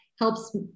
helps